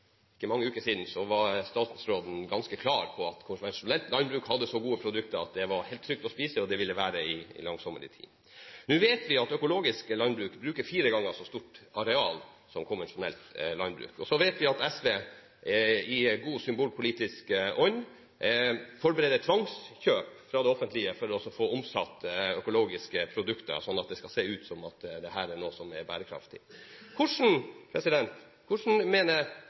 ikke mange uker siden var statsråden ganske klar på at konvensjonelt landbruk hadde så gode produkter at dem var det helt trygt å spise, og det ville de være i lang tid. Nå vet vi at økologisk landbruk bruker en fjerdedel mer stort areal enn konvensjonelt landbruk. Så vet vi at SV i god symbolpolitisk ånd forbereder tvangskjøp fra det offentlige for å få omsatt økologiske produkter, sånn at det skal se ut som om dette er noe som er bærekraftig. Hvordan